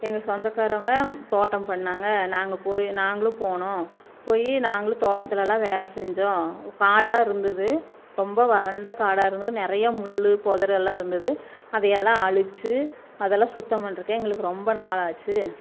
எங்கள் சொந்தக்காரங்க தோட்டம் பண்ணாங்க நாங்கள் போய் நாங்களும் போனோம் போய் நாங்களும் தோட்டத்துலேயெல்லாம் வேலை செஞ்சோம் காடாக இருந்தது ரொம்ப வறண்ட காடாக இருந்தது நிறைய முள் புதரு எல்லாம் இருந்தது அதையெல்லாம் அழித்து அதெல்லாம் சுத்தம் பண்றதுக்கே எங்களுக்கு ரொம்ப நாளாச்சு